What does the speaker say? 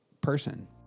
person